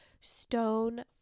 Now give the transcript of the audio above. stone